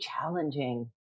challenging